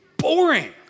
boring